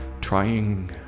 trying